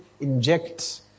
inject